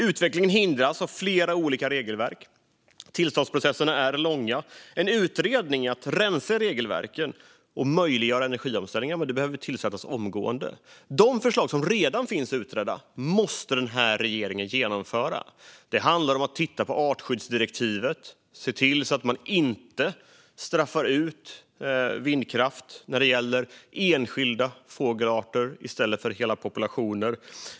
Utvecklingen hindras av flera olika regelverk. Tillståndsprocesserna är långa. En utredning för att rensa i regelverken och möjliggöra energiomställningen behöver tillsättas omgående. De förslag som redan finns utredda måste den här regeringen genomföra. Det handlar om att titta på artskyddsdirektivet och se till så att man inte straffar ut vindkraft när det gäller enskilda fågelarter i stället för hela populationer.